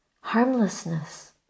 harmlessness